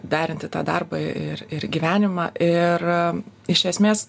derinti tą darbą ir ir gyvenimą ir iš esmės